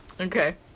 Okay